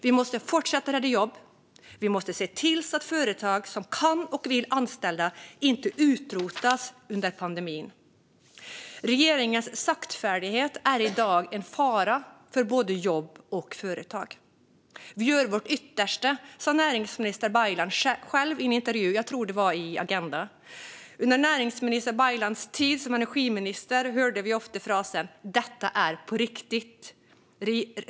Vi måste fortsätta rädda jobb, och vi måste se till att företag som kan och vill anställa inte utrotas under pandemin. Regeringens saktfärdighet är i dag en fara för både jobb och företag. Vi gör vårt yttersta, sa näringsminister Baylan i en intervju. Jag tror att det var i Agenda . Under näringsminister Baylans tid som energiminister hörde vi ofta frasen: Detta är på riktigt.